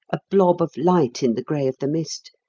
a blob of light in the grey of the mist,